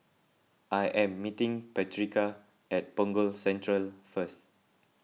I am meeting Patrica at Punggol Central first